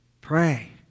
pray